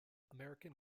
american